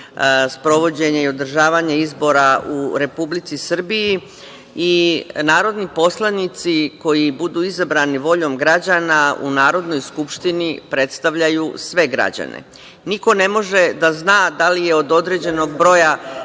sprovođenje i održavanje izbora u Republici Srbiji i narodni poslanici koji budu izabrani voljom građana u Narodnoj skupštini, predstavljaju sve građane. Niko ne može da zna da li je od određenog broja